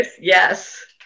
Yes